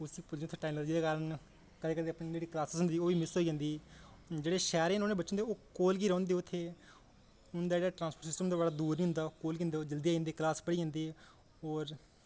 उसी पुज्जने ई उत्थै टाइम लगदा जेह्दे कारण कदें कदें अपनी जेह्ड़ी क्लासां होंदियां ओह् बी मिस होई जंदी जेह्ड़े शैहरें च रौह्ने आह्ले बच्चे होंदे ओह् कोल गै रौंह्दे उत्थै उं'दा जेह्ड़ा ट्रांसपोर्ट सिस्टम होंदा ओह् बड़ा दूर निं होंदा कोल गै होंदा ओह् जल्दी आई जंदे क्लास पढ़ी जंदे और